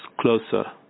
closer